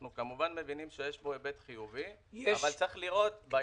אנחנו כמובן מבינים שיש כאן היבט חיובי אבל צריך לראות.